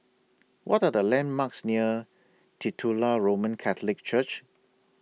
What Are The landmarks near Titular Roman Catholic Church